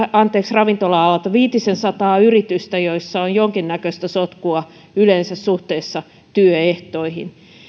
ravintola alalta löytyy viitisensataa yritystä joissa on jonkinnäköistä sotkua yleensä suhteessa työehtoihin